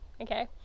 okay